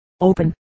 open